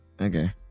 Okay